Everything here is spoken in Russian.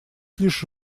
лишь